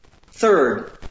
third